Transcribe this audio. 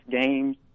games